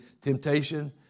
Temptation